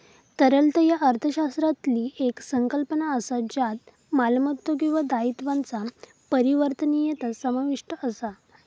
तरलता ह्या अर्थशास्त्रातली येक संकल्पना असा ज्यात मालमत्तो आणि दायित्वांचा परिवर्तनीयता समाविष्ट असा